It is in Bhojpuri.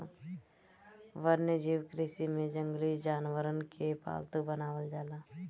वन्यजीव कृषि में जंगली जानवरन के पालतू बनावल जाला